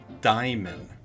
diamond